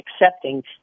accepting